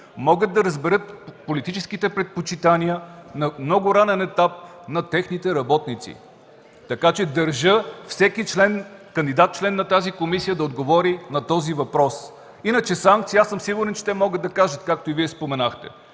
могат да разберат политическите предпочитания в много ранен етап на техните работници. Така че държа всеки кандидат-член на тази комисия да отговори на този въпрос. Иначе за санкциите, аз съм сигурен, че те могат да кажат, както и Вие (към Мая